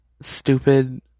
stupid